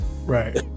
right